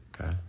Okay